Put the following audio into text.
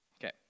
Okay